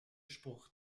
spruch